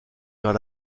vers